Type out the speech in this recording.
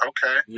Okay